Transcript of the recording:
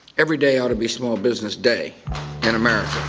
every day ought to be small business day in america.